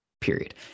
period